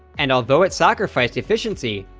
and although it sacrificed efficiency,